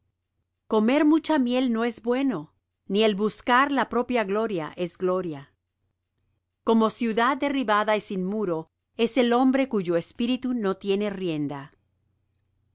comer mucha miel no es bueno ni el buscar la propia gloria es gloria como ciudad derribada y sin muro es el hombre cuyo espíritu no tiene rienda